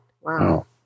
Wow